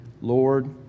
Lord